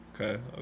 Okay